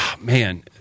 man